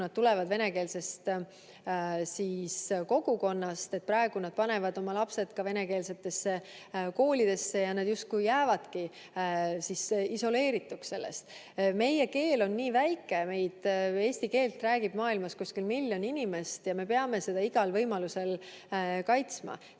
nad tulevad venekeelsest kogukonnast, [on õige], sest praegu nad panevad oma lapsed ka venekeelsetesse koolidesse ja nad justkui jäävadki isoleerituks. Meie keel on nii väike – eesti keelt räägib maailmas umbes miljon inimest – ja me peame seda igal võimalusel kaitsma.